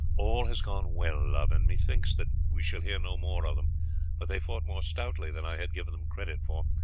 all has gone well, love, and methinks that we shall hear no more of them but they fought more stoutly than i had given them credit for,